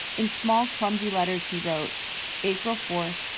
in small clumsy letters he wrote april fourth,